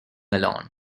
alone